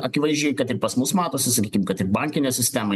akivaizdžiai kad ir pas mus matosi sakykime kad bankinė sistema